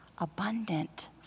abundant